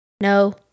No